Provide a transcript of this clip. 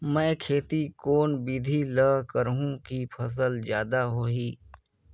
मै खेती कोन बिधी ल करहु कि फसल जादा होही